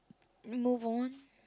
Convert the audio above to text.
move on